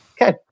Okay